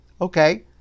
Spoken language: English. Okay